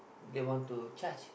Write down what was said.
they want to charge